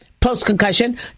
post-concussion